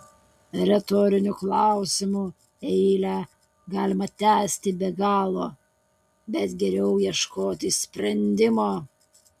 retorinių klausimų eilę galima tęsti be galo bet geriau ieškoti sprendimo